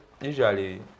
usually